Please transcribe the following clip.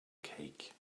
cake